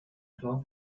tieren